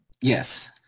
yes